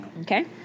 Okay